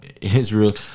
Israel